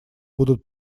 будут